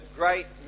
great